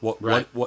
Right